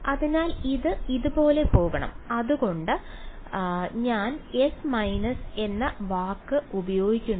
അതിനാൽ ഇത് ഇതുപോലെ പോകണം അതുകൊണ്ടാണ് ഞാൻ S− എന്ന വാക്ക് ഉപയോഗിക്കുന്നത്